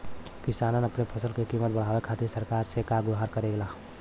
किसान अपने फसल क कीमत बढ़ावे खातिर सरकार से का गुहार करेला?